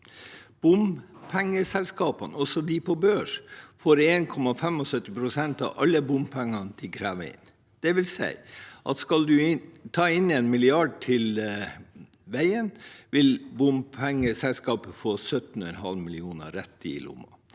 Bompengeselskapene – også de på børs – får 1,75 pst. av alle bompengene de krever inn. Det vil si at skal man ta inn 1 mrd. kr til vei, vil bompengeselskapene få 17,5 mill. kr rett i lomma.